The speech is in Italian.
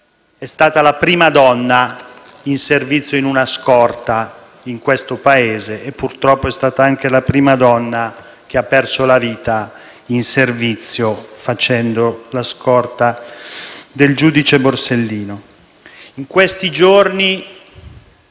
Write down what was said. è stata la prima donna in servizio in una scorta in questo Paese e purtroppo è stata anche la prima donna che ha perso la vita in servizio, scortando il giudice Borsellino. In questi giorni,